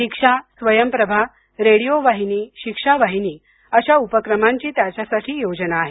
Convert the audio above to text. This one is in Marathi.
दीक्षा स्वयंप्रभा रेडिओ वाहिनी शिक्षा वाहिनी अशा उपक्रमांची त्यांच्यासाठी योजना आहे